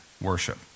worship